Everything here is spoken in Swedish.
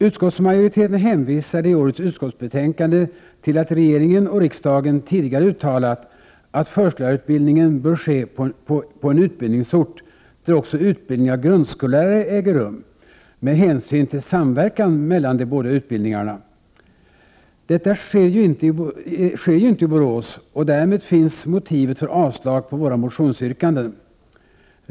Utskottsmajoriteten hänvisar i årets utskottsbetänkande till att regeringen och riksdagen tidigare uttalat, att förskollärarutbildningen bör ske på en utbildningsort där också utbildning av grundskollärare äger rum, med hänsyn till samverkan mellan de båda utbildningarna. Detta sker ju inte i Borås, och därmed finns motivet för avslag på våra motionsyrkanden.